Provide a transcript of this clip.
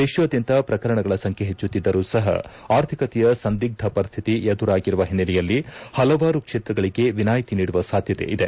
ದೇತಾದ್ಯಂತ ಪ್ರಕರಣಗಳ ಸಂಖ್ಯೆ ಹೆಚ್ಚುತ್ತಿದ್ದರೂ ಸಹ ಆರ್ಥಿಕತೆಯ ಸಂದಿಗ್ದ ಪರಿಸ್ಥಿತಿ ಎದುರಾಗಿರುವ ಹಿನ್ನೆಲೆಯಲ್ಲಿ ಹಲವಾರು ಕ್ಷೇತ್ರಗಳಿಗೆ ವಿನಾಯಿತಿ ನೀಡುವ ಸಾಧ್ಯತೆ ಇದೆ